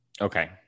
Okay